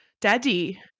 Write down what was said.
daddy